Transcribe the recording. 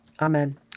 Amen